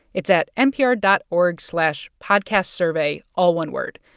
it's at npr dot org slash podcastsurvey all one word.